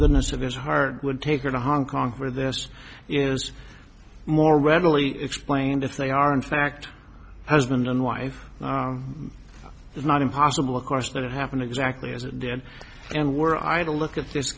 goodness of his heart would take her to hong kong where this is more readily explained if they are in fact husband and wife it's not impossible of course that it happened exactly as it did and were i had a look at this